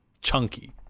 chunky